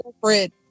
corporate